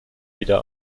wieder